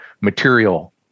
material